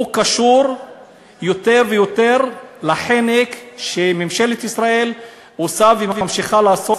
הוא קשור יותר ויותר לחנק שממשלת ישראל עושה וממשיכה לעשות